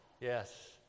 Yes